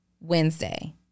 Wednesday